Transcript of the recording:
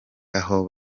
aho